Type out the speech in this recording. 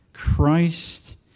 Christ